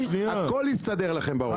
הכל יסתדר לכם בראש.